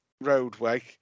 Roadway